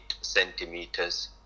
centimeters